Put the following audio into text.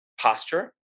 posture